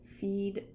feed